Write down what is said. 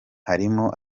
harimo